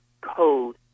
code